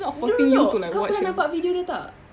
no no no kau pernah nampak video dia tak